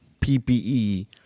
ppe